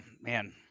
man